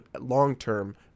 long-term